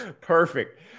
Perfect